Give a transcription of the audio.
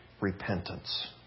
repentance